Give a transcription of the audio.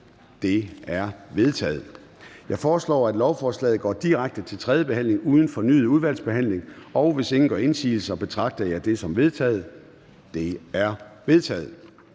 Det er vedtaget. Jeg foreslår, at lovforslaget går direkte til tredje behandling uden fornyet udvalgsbehandling. Hvis ingen gør indsigelse, betragter jeg dette som vedtaget. Det er vedtaget.